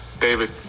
David